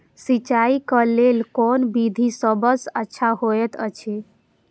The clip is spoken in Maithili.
सिंचाई क लेल कोन विधि सबसँ अच्छा होयत अछि?